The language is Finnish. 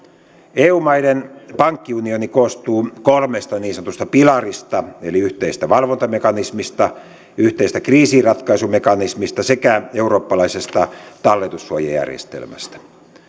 eu maiden pankkiunioni koostuu kolmesta niin sanotusta pilarista eli yhteisestä valvontamekanismista yhteisestä kriisinratkaisumekanismista sekä eurooppalaisesta talletussuojajärjestelmästä